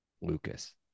Lucas